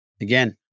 again